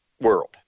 world